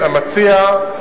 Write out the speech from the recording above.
שמעתי.